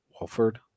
Walford